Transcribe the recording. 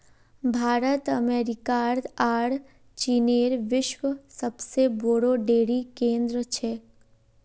भारत अमेरिकार आर चीनेर विश्वत सबसे बोरो डेरी केंद्र छेक